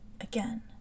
again